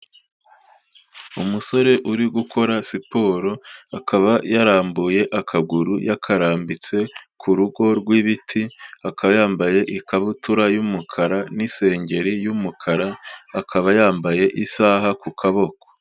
Umusore uri gukora siporo, akaba yarambuye akaguru yakarambitse ku rugo rw'ibiti, akaba yambaye ikabutura y'umukara n'isengeri y'umukara, akaba yambaye isaha ku kaboko.